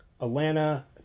Atlanta